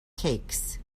cakes